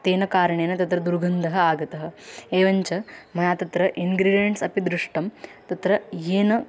तेन कारणेन तत्र दुर्गन्धः आगतः एवञ्च मया तत्र इन्ग्रीडियन्ट्स् अपि दृष्टं तत्र येन